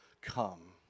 come